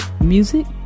music